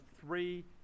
three